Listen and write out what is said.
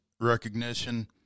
recognition